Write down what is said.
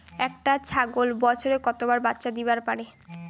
একটা ছাগল বছরে কতবার বাচ্চা দিবার পারে?